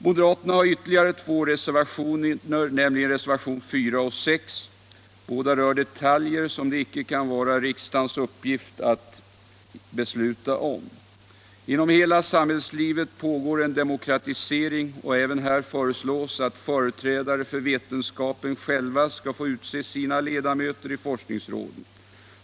Moderaterna har ytterligare två reservationer, nämligen reservationerna 4 och 6. Båda rör detaljer som det icke kan vara riksdagens uppgift att besluta om. Inom hela samhällslivet pågår en demokratisering, och även här föreslås att företrädare för vetenskapen själva skall få utse sina ledamöter i forskningsråden.